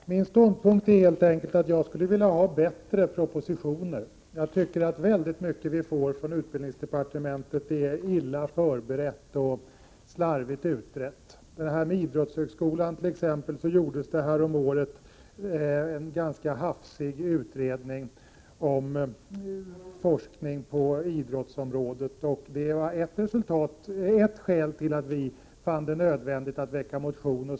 Fru talman! Min ståndpunkt är helt enkelt att jag skulle vilja ha bättre propositioner. Jag tycker att väldigt mycket av det som vi får från utbildningsdepartementet är illa förberett och slarvigt utrett. Med tanke på idrottshögskolan vill jag bara nämna att det häromåret gjordes en ganska hafsig utredning om forskningen på idrottsområdet. Det var ett av skälen till att vi fann det nödvändigt att väcka en motion.